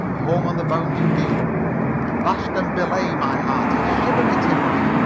a home on the bounding deep avast and belay, my hearties! shiver my timbers!